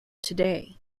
today